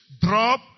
drop